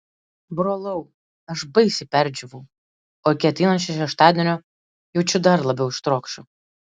brolau aš baisiai perdžiūvau o iki ateinančio šeštadienio jaučiu dar labiau ištrokšiu